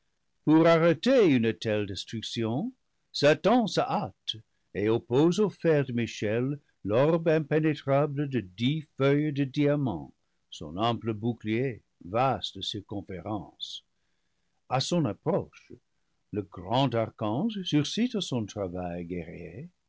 pour arrêter une telle destruction satan le paradis perdu se hâte et oppose au fer de michel l'orbe impénétrable de dix feuilles de diamant son ample bouclier vaste circonférence a son approche le grand archange sursit à son travail